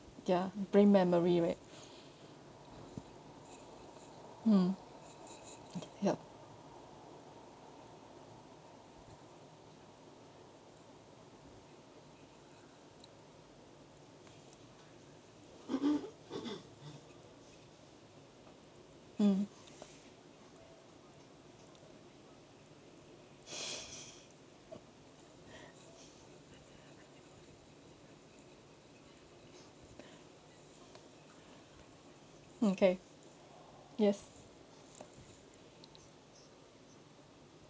ya bring memory right mm yup mm okay yes